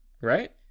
Right